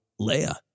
leia